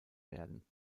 werden